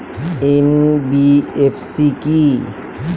NBFC কী?